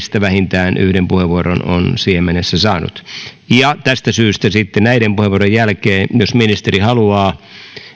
vähintään yhden puheenvuoron on siihen mennessä saanut tästä syystä sitten näiden puheenvuorojen jälkeen jos ministeri haluaa